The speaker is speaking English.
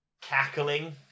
cackling